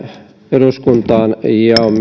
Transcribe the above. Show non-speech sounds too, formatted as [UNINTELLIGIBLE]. eduskuntaan ja on [UNINTELLIGIBLE]